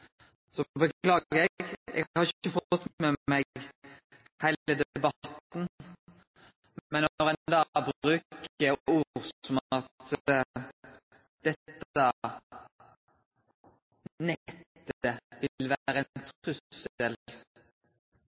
Så beklagar eg at eg ikkje har fått med meg heile debatten, men når ein bruker uttrykk som at dette nettet vil vere ein